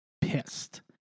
pissed